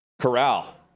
Corral